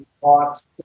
thoughts